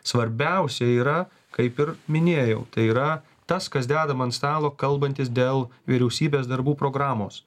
svarbiausia yra kaip ir minėjau tai yra tas kas dedama ant stalo kalbantis dėl vyriausybės darbų programos